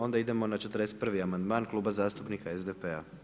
Onda idemo na 41 amandman Kluba zastupnika SDP-a.